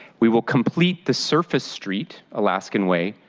we will complete the surface street, alaskan way,